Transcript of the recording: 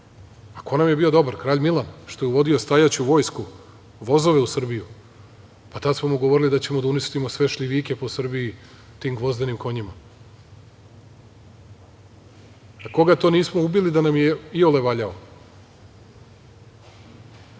nam je bio dobar? Kralj Milan, što je uvodio stajaću vojsku, vozove u Srbiju? Tad smo mu govorili da ćemo da uništimo sve šljivike po Srbiji tim gvozdenim konjima. A koga to nismo ubili a da nam je iole valjao? Ne